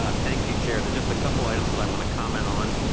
ah thank you, chair. that just a couple items that i want to comment on.